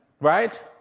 right